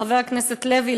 חבר הכנסת לוי,